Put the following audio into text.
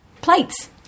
Plates